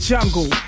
Jungle